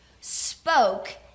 spoke